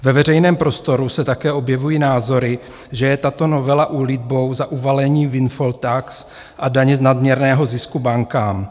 Ve veřejném prostoru se také objevují názory, že je tato novela úlitbou za uvalení windfall tax a daně z nadměrného zisku bankám.